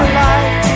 life